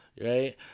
right